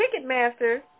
Ticketmaster